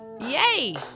Yay